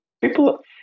people